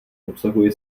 obsahuje